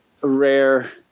rare